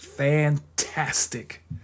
fantastic